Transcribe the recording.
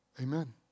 Amen